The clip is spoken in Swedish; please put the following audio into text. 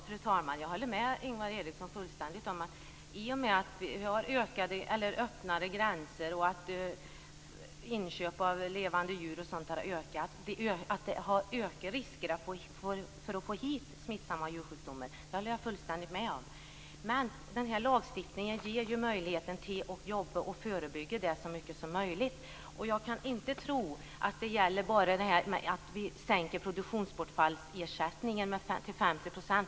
Fru talman! Jag håller fullständigt med Ingvar Eriksson. I och med att vi har öppnare gränser och att inköp av levande djur har ökat, ökar också riskerna för att få hit smittsamma djursjukdomar. Det håller jag fullständigt med om. Men den här lagstiftningen ger ju möjlighet att förebygga det så mycket som möjligt. Jag kan inte tro att det bara handlar om att vi sänker ersättningen för produktionsbortfall till 50 %.